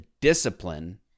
discipline